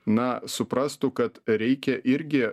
na suprastų kad reikia irgi